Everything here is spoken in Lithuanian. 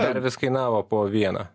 dar vis kainavo po vieną